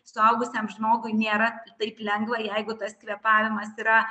suaugusiam žmogui nėra taip lengva jeigu tas kvėpavimas yra